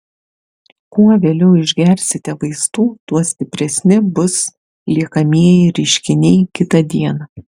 kuo vėliau išgersite vaistų tuo stipresni bus liekamieji reiškiniai kitą dieną